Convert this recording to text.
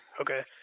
Okay